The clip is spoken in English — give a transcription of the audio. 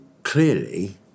Clearly